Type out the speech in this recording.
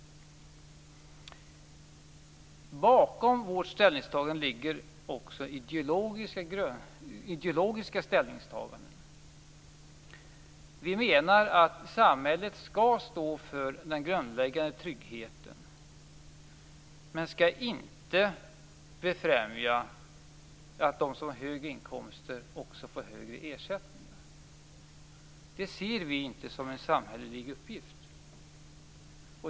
Bakom vårt ställningstagande ligger ideologiska ställningstaganden. Vi menar att samhället skall stå för den grundläggande tryggheten, men skall inte befrämja att de som har högre inkomster också får högre ersättning. Det ser vi inte som en samhällelig uppgift.